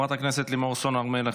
חברת הכנסת לימור סון הר מלך,